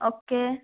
okay